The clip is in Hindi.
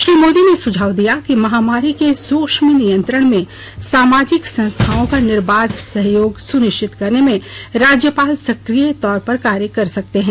श्री मोदी ने सुझाव दिया कि महामारी के सूक्ष्म नियंत्रण में सामाजिक संस्थाओं का निर्बाध सहयोग सुनिश्चित करने में राज्यपाल सक्रिय तौर पर कार्य कर सकते हैं